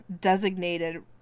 designated